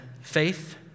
faith